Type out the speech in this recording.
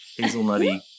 hazelnutty